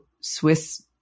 Swiss